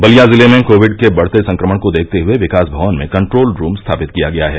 बलिया जिले में कोविड के बढ़ते संक्रमण को देखते हुए विकास भवन में कंट्रोल रूम स्थापित किया गया है